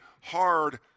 hard